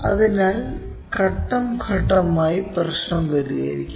അതിനാൽ ഘട്ടം ഘട്ടമായി പ്രശ്നം പരിഹരിക്കാം